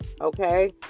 okay